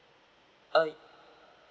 uh